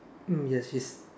mm yes she's